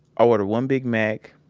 i ordered one big mac,